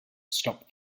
stop